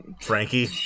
Frankie